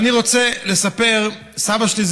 אני רוצה לספר: סבא שלי,